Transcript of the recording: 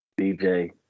DJ